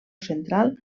central